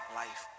life